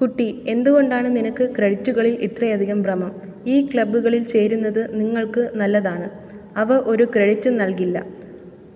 കുട്ടി എന്തുകൊണ്ടാണ് നിനക്ക് ക്രെഡിറ്റുകളിൽ ഇത്രയധികം ഭ്രമം ഈ ക്ലബ്ബുകളിൽ ചേരുന്നത് നിങ്ങൾക്ക് നല്ലതാണ് അവ ഒരു ക്രെഡിറ്റും നൽകില്ല